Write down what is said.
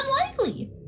unlikely